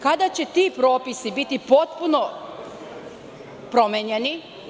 Kada će ti propisi biti potpuno promenjeni?